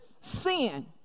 sin